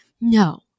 no